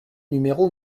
numéro